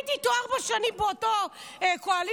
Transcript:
הייתי איתו ארבע שנים באותה קואליציה,